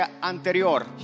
anterior